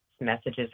Messages